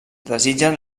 desitgen